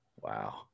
Wow